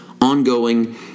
ongoing